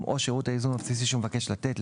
או שירות הייזום הבסיסי שהוא מבקש לתת,